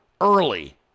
early